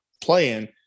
playing